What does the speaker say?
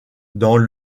dans